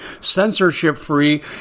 censorship-free